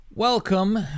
Welcome